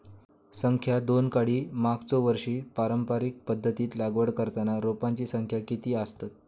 संख्या दोन काडी मागचो वर्षी पारंपरिक पध्दतीत लागवड करताना रोपांची संख्या किती आसतत?